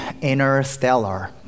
Interstellar